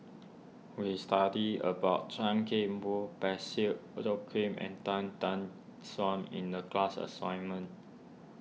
we studied about Chan Kim Boon Parsick Joaquim and Tan Tan Suan in the class assignment